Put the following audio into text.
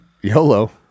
YOLO